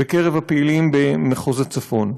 בקרב הפעילים במחוז הצפון.